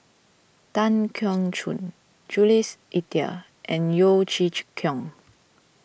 Tan Keong Choon Jules Itier and Yeo Chee Chee Kiong